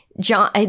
John